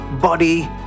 Body